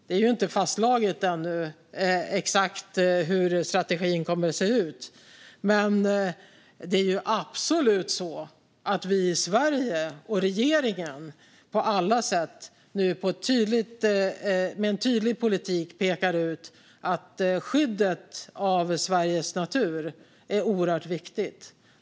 Det är ännu inte fastslaget exakt hur strategin kommer att se ut, men det är absolut så att vi i Sverige och regeringen på alla sätt nu med en tydlig politik pekar ut att skyddet av Sveriges natur är oerhört viktigt.